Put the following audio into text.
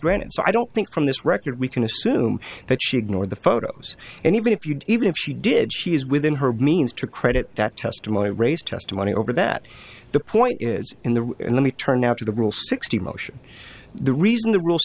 granted so i don't think from this record we can assume that she ignored the photos and even if you even if she did she is within her means to credit that testimony raise testimony over that the point is in the let me turn now to the rule sixty motion the reason the rule